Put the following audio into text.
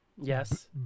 Yes